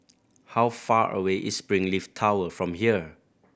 how far away is Springleaf Tower from here